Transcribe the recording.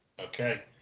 okay